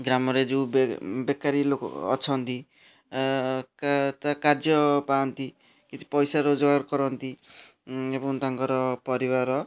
ଗ୍ରାମରେ ଯେଉଁ ବେକାରୀ ଲୋକ ଅଛନ୍ତି କାର୍ଯ୍ୟ ପାଆନ୍ତି କିଛି ପଇସା ରୋଜଗାର କରନ୍ତି ଏବଂ ତାଙ୍କର ପରିବାରର